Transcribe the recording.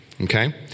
Okay